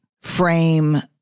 frame